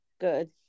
Good